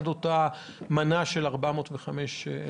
עד אותה מנה של 405,000 חיסונים?